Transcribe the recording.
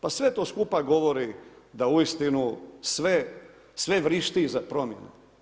Pa sve to skupa govori da uistinu sve, sve vrišti za promjenu.